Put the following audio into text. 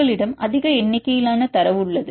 உங்களிடம் அதிக எண்ணிக்கையிலான தரவு உள்ளது